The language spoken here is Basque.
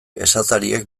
esatariek